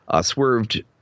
swerved